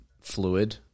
fluid